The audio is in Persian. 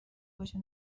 باشه